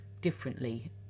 differently